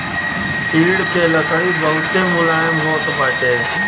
चीड़ के लकड़ी बहुते मुलायम होत बाटे